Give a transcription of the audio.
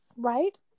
Right